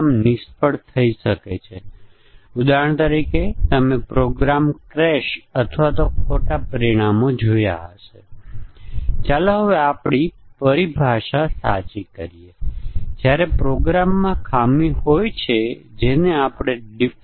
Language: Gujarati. જો તે પકડાઈ જાય તો આપણે કહીએ છીએ કે મ્યુટન્ટ મરી ગયું છે અને આપણા ટેસ્ટ કેસ સારા છે પરંતુ જો મ્યુટન્ટ જીવંત છે તો તેનો અર્થ એ છે કે તમામ ભૂલ કેસો કે જે આપણે શરૂઆતમાં આ ભૂલને પકડ્યા વગર ડિઝાઇન કર્યા હતા અને આપણે રજૂ કર્યા હતા